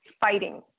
fighting